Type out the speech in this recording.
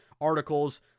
articles